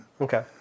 Okay